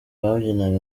babyinaga